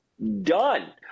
Done